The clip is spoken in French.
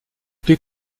plus